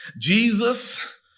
Jesus